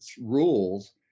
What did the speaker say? rules